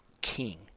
King